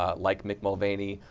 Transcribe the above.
ah like mick mulvaney,